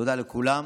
תודה לכולם.